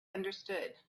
understood